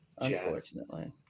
unfortunately